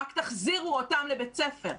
רק תחזירו אותם לבית ספר,